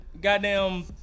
goddamn